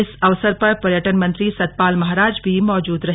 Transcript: इस अवसर पर पर्यटन मंत्री सतपाल महाराज भी मौजूद रहे